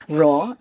raw